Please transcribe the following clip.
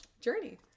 journey